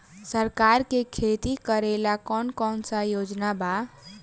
सरकार के खेती करेला कौन कौनसा योजना बा?